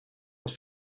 het